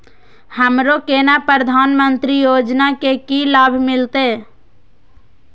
हमरो केना प्रधानमंत्री योजना की लाभ मिलते?